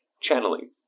channeling